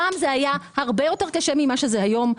פעם זה היה הרבה יותר קשה ממה שזה היום,